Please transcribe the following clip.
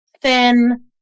thin